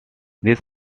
this